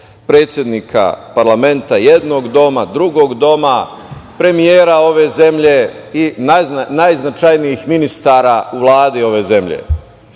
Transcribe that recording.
predsednika parlamenta jednog doma, drugog doma, premijera ove zemlje i najznačajnijih ministara u Vladi ove zemlje. Ja